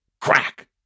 Crack